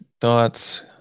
thoughts